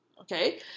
okay